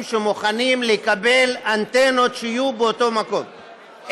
שמוכנים לקבל אנטנות שיהיו באותו מקום.